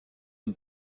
une